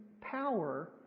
power